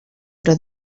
però